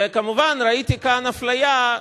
וכמובן ראיתי כאן אפליה,